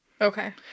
Okay